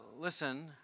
listen